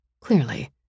Clearly